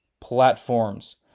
platforms